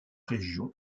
régions